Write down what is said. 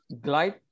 glide